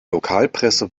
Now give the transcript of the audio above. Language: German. lokalpresse